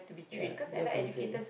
yeah you have to be trained ah